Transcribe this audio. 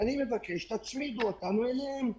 אז אני מבקש: תצמידו אותנו אליהם,